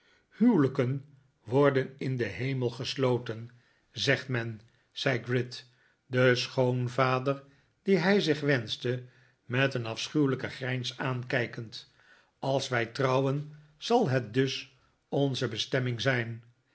huwelijken worden in den hemel gesloten zegt men zei gride den schoonvader dien hij zich wenschte met een afschuwelijke grijns aankijkend als wij trouwen zal het dus onze bestemming zijn